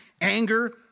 anger